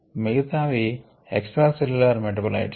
మిగతావి extracellular metabolites